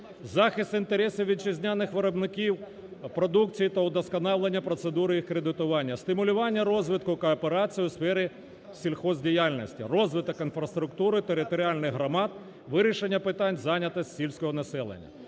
захист інтересів вітчизняних виробників продукції та удосконалення процедури їх кредитування, стимулювання розвитку кооперації у сфері сільгоспдіяльності, розвиток інфраструктури, територіальних громад, вирішення питань зайнятості сільського населення.